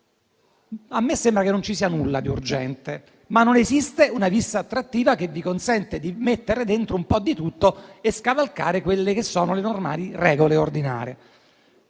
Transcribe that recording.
A me sembra che non ci sia nulla di urgente, ma non esiste una *vis* attrattiva che vi consente di mettere dentro un po' di tutto e scavalcare le regole normali e ordinarie.